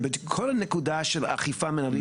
זאת אומרת כל נקודה של אכיפה מנהלית